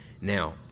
Now